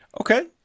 Okay